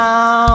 Now